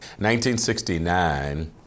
1969